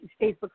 Facebook